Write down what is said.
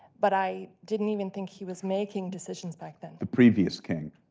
but i didn't even think he was making decisions back then. the previous king.